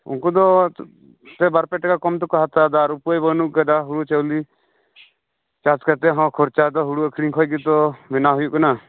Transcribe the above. ᱩᱱᱠᱩ ᱫᱚ ᱯᱮ ᱵᱟᱨᱼᱯᱮ ᱴᱟᱠᱟ ᱠᱚᱢ ᱛᱮᱠᱚ ᱦᱟᱛᱟᱣ ᱮᱫᱟ ᱟᱨ ᱩᱯᱟᱹᱭ ᱵᱟᱹᱱᱩᱜ ᱟᱠᱟᱫᱟ ᱦᱩᱲᱩ ᱪᱟᱣᱞᱮ ᱪᱟᱥ ᱠᱟᱛᱮᱫ ᱦᱚᱸ ᱠᱷᱚᱨᱪᱟ ᱫᱚ ᱦᱩᱲᱩ ᱟᱹᱠᱷᱨᱤᱧ ᱠᱷᱚᱱ ᱜᱮ ᱛᱳ ᱵᱮᱱᱟᱣ ᱦᱩᱭᱩᱜ ᱠᱟᱱᱟ